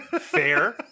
Fair